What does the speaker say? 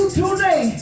today